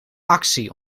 actie